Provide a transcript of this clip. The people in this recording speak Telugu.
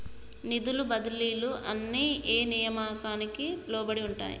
నిధుల బదిలీలు అన్ని ఏ నియామకానికి లోబడి ఉంటాయి?